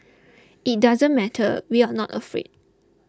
it doesn't matter we are not afraid